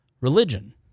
religion